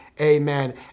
Amen